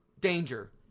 danger